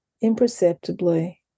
imperceptibly